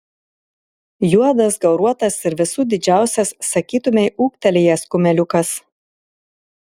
juodas gauruotas ir visų didžiausias sakytumei ūgtelėjęs kumeliukas